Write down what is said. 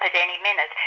any minute.